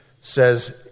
says